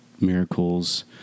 miracles